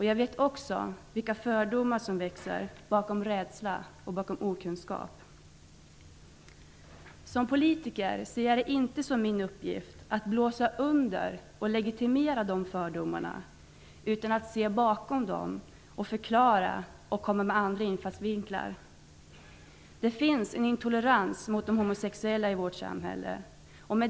Jag vet också vilka fördomar som växer bakom rädsla och okunskap. Som politiker ser jag det inte som min uppgift att blåsa under och legitimera fördomar, utan att se bakom dem, förklara och komma med andra infallsvinklar. Det finns en intolerans mot de homosexuella i vårt samhälle.